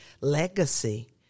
legacy